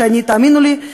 ותאמינו לי,